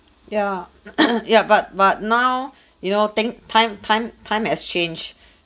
ya ya but but now you know thing time time time exchange